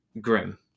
grim